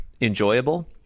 enjoyable